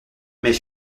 mais